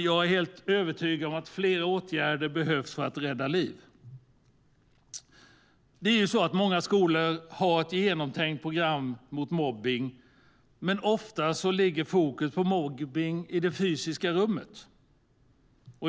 Jag är helt övertygad om att flera åtgärder behövs för att rädda liv. Många skolor har ett genomtänkt program mot mobbning, men ofta ligger fokus på mobbning i det fysiska rummet.